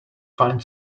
find